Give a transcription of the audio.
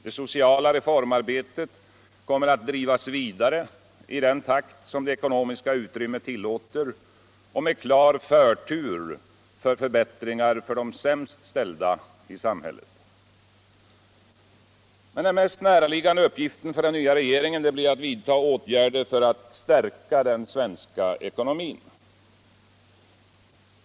Det sociala reformarbetet kommer aut drivas vidare 1 den takt som det ekonomiska utrymmet tilläter och med klar förtur för förbättringar för de sämst ställda i samhället. Den mest näraliggande uppgiften för den nya regeringen blir ati vidta åtgärder för att stärka den svenska ekonomin.